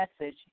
message